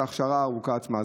את ההכשרה הארוכה עצמה.